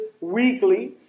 weekly